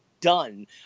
done